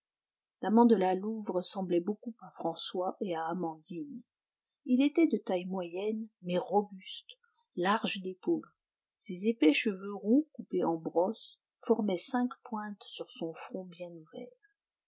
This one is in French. l'amant de la louve ressemblait beaucoup à françois et à amandine il était de taille moyenne mais robuste large d'épaules ses épais cheveux roux coupés en brosse formaient cinq pointes sur son front bien ouvert